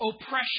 oppression